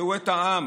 ראו את העם,